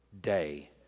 day